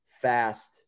fast